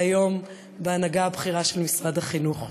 והיום הוא בהנהגה הבכירה של משרד החינוך,